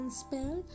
spell